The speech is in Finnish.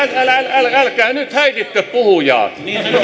älkää älkää nyt häiritkö puhujaa